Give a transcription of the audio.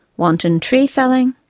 wanton tree-felling,